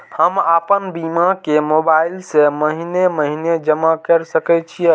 हम आपन बीमा के मोबाईल से महीने महीने जमा कर सके छिये?